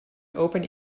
open